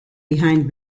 behind